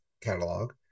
catalog